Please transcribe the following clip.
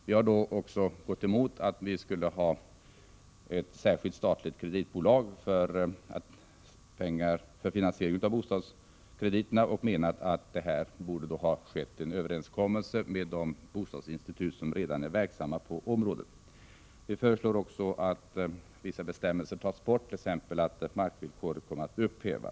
Vi har gått emot att man skulle ha ett särskilt statligt kreditbolag för bostadskreditfinansiering. Här borde ha skett en överenskommelse med de kreditinstitut som redan är verksamma på området. Vi föreslår också att vissa bestämmelser tas bort, t.ex. att markvillkoret upphävs.